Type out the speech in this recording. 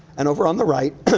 and over on the right,